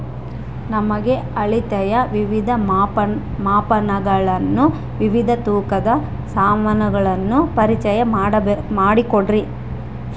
ನಮಗೆ ಅಳತೆಯ ವಿವಿಧ ಮಾಪನಗಳನ್ನು ವಿವಿಧ ತೂಕದ ಸಾಮಾನುಗಳನ್ನು ಪರಿಚಯ ಮಾಡಿಕೊಡ್ರಿ?